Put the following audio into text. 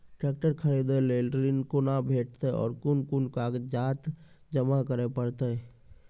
Tractor खरीदै लेल ऋण कुना भेंटते और कुन कुन कागजात जमा करै परतै?